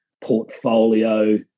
portfolio